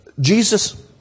Jesus